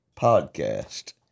podcast